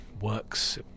works